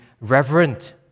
reverent